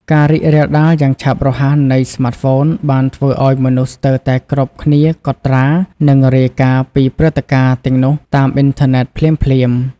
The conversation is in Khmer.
ការរីករាលដាលយ៉ាងឆាប់រហ័សនៃស្មាតហ្វូនបានធ្វើឱ្យមនុស្សស្ទើរតែគ្រប់គ្នាកត់ត្រា និងរាយការណ៍ពីព្រឹត្តិការណ៍ទាំងនោះតាមអ៊ីនធឺណិតភ្លាមៗ។